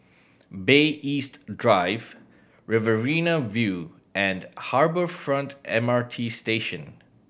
Bay East Drive Riverina View and Harbour Front M R T Station